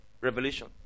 Revelation